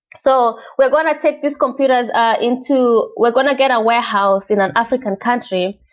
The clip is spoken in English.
so we're going to take these computers into we're going to get a warehouse in an african country,